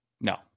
No